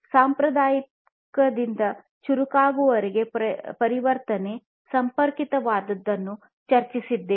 ಸಾಂಪ್ರದಾಯಿಕದಿಂದ ಚುರುಕಾದವರಿಗೆ ಪರಿವರ್ತನೆ ಸಂಪರ್ಕಿತವಾದದ್ದುನ್ನು ಚರ್ಚಿಸಿದ್ದೇವೆ